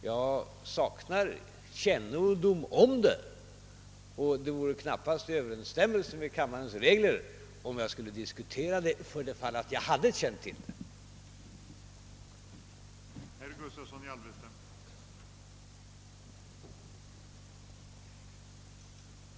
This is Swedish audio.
Jag saknar kännedom om det, och det vore knappast i överensstämmelse med kammarens regler om jag skulle diskutera det för det fall att jag hade känt till det.